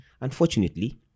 unfortunately